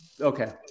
okay